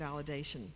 validation